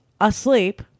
asleep